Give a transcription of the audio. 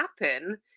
happen